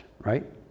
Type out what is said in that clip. right